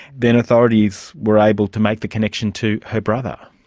then authorities were able to make the connection to her brother.